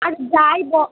আর যাই ব